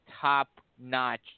top-notch